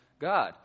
God